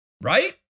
right